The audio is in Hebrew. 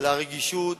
לרגישות